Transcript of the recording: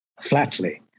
flatly